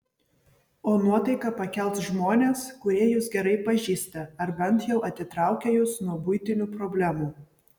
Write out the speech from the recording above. o nuotaiką pakels žmonės kurie jus gerai pažįsta ar bent jau atitraukia jus nuo buitinių problemų